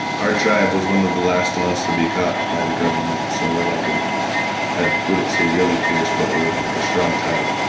our tribe was one of the last ones to be caught by the government, so we're like a i wouldn't say really fierce, but we're like a strong tribe.